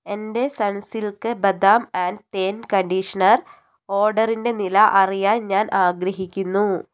എന്റെ സൺസിൽക്ക് ബദാം ആൻഡ് തേൻ കണ്ടീഷണർ ഓർഡറിന്റെ നില അറിയാൻ ഞാൻ ആഗ്രഹിക്കുന്നു